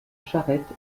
charette